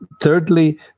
Thirdly